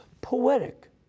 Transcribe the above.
poetic